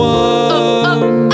one